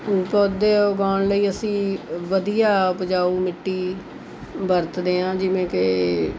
ਪੌਦੇ ਉਗਾਉਣ ਲਈ ਅਸੀਂ ਵਧੀਆ ਉਪਜਾਊ ਮਿੱਟੀ ਵਰਤਦੇ ਹਾਂ ਜਿਵੇਂ ਕਿ